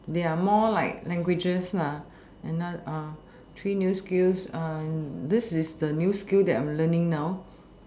there are more like languages lah and now uh three new skills uh this is the new skill that I am learning now